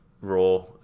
raw